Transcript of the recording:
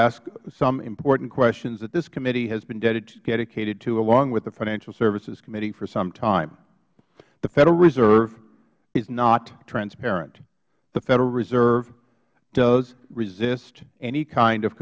ask some important questions that this committee has been dedicated to along with the financial services committee for some time the federal reserve is not transparent the federal reserve does resist any kind of